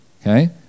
Okay